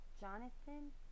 Jonathan